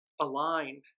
align